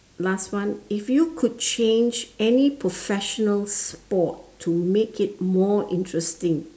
last one if you could change any professional sport to make it more interesting